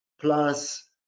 plus